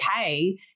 okay